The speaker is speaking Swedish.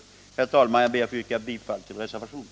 Herr talman! Jag ber att få yrka bifall till reservationen.